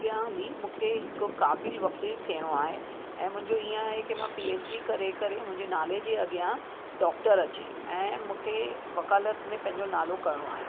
अॻियां हली मूंखे हिकु क़ाबिल वकील थियणो आहे ऐं मुंहिंजो इएं आहे की मां पी एच डी करे मुंहिंजे नाले जे अॻियां डॉक्टर अचे ऐं मूंखे वकालत में पंहिंजो नालो करणो आहे